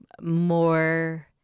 more